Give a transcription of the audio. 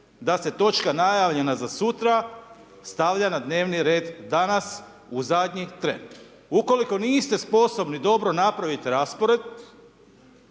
da se točka najavljena za sutra stavlja na dnevni red danas u zadnji tren. Ukoliko niste sposobni dobro napraviti raspored,